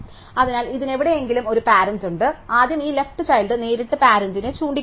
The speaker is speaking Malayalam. അതിനാൽ ഇതിന് എവിടെയെങ്കിലും ഒരു പാരന്റ് ഉണ്ട് അതിനാൽ ആദ്യം ഈ ലെഫ്റ് ചൈൽഡ് നേരിട്ട് പാരന്റിനെ ചൂണ്ടിക്കാണിക്കുക